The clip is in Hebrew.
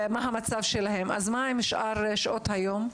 מה עם שאר שעות היום?